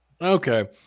Okay